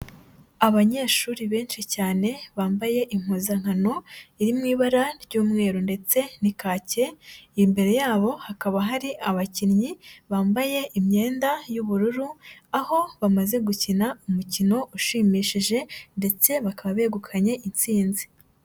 Abanyeshuri benshi cyane bambaye impuzankano iri mu ibara ry'umweru ndetse n'ikake, imbere yabo hakaba hari abakinnyi bambaye imyenda y'ubururu, aho bamaze gukina umukino ushimishije ndetse bakaba begukanye intsinzi.